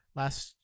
last